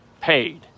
paid